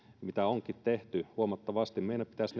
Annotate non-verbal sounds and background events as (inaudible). mitä onkin tehty huomattavasti meidän pitäisi (unintelligible)